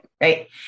Right